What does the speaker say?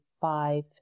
five